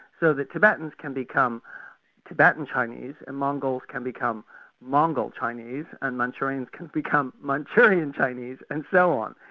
so that tibetans can become tibetan chinese and mongols can become mongol chinese, and manchurians can become manchurian chinese and so on.